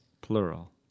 Plural